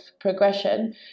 progression